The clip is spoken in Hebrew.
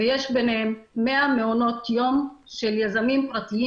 ויש ביניהם 100 מעונות יום של יזמים פרטיים